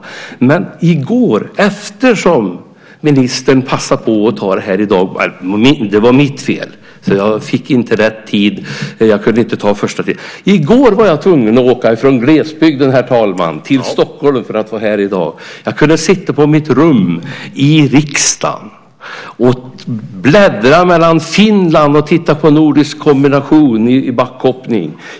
Eftersom ministern passade på att ta det här i dag - det var mitt fel egentligen - var jag tvungen att åka från glesbygden till Stockholm i går för att vara här i dag. Jag kunde sitta på mitt rum i riksdagen och bläddra mellan kanalerna. Jag kunde se finsk utsändning av nordisk kombination och backhoppning.